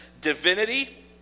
divinity